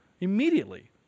immediately